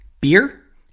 Beer